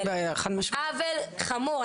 עוול חמור.